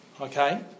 Okay